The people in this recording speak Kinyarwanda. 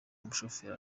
umushoferi